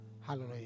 Hallelujah